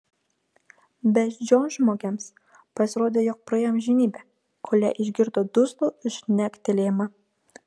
beždžionžmogiams pasirodė jog praėjo amžinybė kol jie išgirdo duslų žnektelėjimą